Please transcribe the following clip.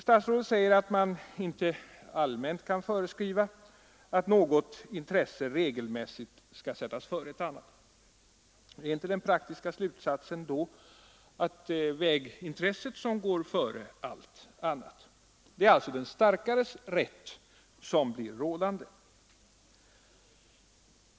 Statsrådet säger: ”Man kan inte allmänt föreskriva att något intresse regelmässigt skall sättas före ett annat.” Blir inte den praktiska slutsatsen då att det är vägintresset som går före allt annat? Det är alltså den starkares rätt som blir rådande.